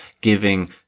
giving